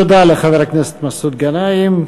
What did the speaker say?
תודה לחבר הכנסת מסעוד גנאים.